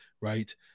Right